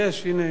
הנה, היא פה.